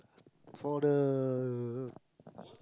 for the